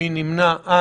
מי נמנע?